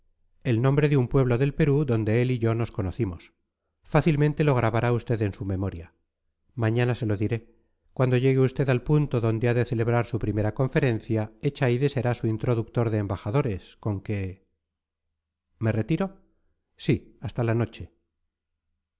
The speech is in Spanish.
el nombre de un pueblo del perú donde él y yo nos conocimos fácilmente lo grabará usted en su memoria mañana se lo diré cuando llegue usted al punto donde ha de celebrar su primera conferencia echaide será su introductor de embajadores con que me retiro sí hasta la noche